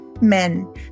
men